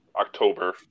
October